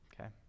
Okay